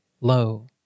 Lo